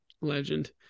legend